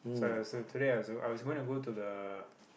so I was uh today I was I was gonna go to the